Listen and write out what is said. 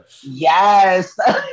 Yes